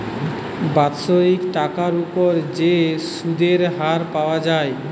বাৎসরিক টাকার উপর যে সুধের হার পাওয়া যায়